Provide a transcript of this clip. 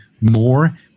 more